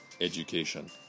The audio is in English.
education